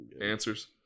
Answers